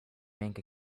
bank